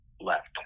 left